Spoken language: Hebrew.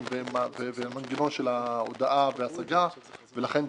ועם המנגנון של ההודעה וההצגה ולכן,